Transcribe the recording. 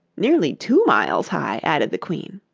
nearly two miles high added the queen.